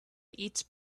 eats